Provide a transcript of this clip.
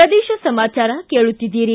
ಪ್ರದೇಶ ಸಮಾಚಾರ ಕೇಳುತ್ತಿದ್ದಿರಿ